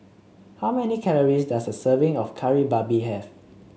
how many calories does a serving of Kari Babi have